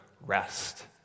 rest